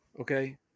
okay